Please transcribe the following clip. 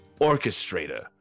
orchestrator